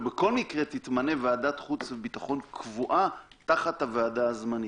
ובכל מקרה תתמנה ועדת חוץ וביטחון קבועה תחת הוועדה הזמנית.